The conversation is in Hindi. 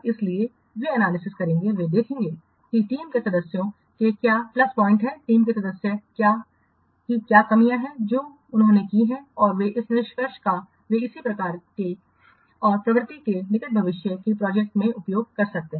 इसलिए वे एनालिसिसकरेंगे वे देखेंगे कि टीम के सदस्यों के क्या प्लस पॉइंट हैं टीम के सदस्य क्या हैं कमियां क्या हैं जो उन्होंने की हैं और इन निष्कर्षों का वे इसी प्रकार के प्रकार और प्रकृति के निकट भविष्य की प्रोजेक्टओं में उपयोग कर सकते हैं